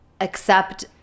accept